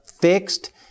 fixed